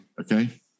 Okay